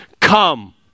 come